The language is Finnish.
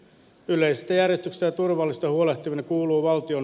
yleistä järjestystä turvallista huolehtiminen kuuluu valtion